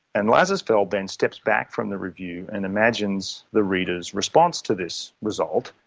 and lazarsfeld then steps back from the review and imagines the reader's response to this result,